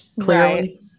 Clearly